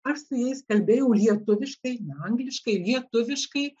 aš su jais kalbėjau lietuviškai angliškai lietuviškai